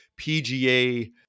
PGA